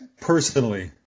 personally